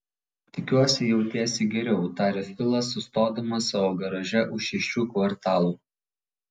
tikiuosi jautiesi geriau tarė filas sustodamas savo garaže už šešių kvartalų